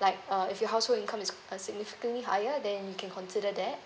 like uh if your household income is significantly higher than you can consider that